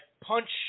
punch